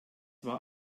war